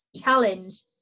challenge